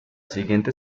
siguiente